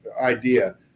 idea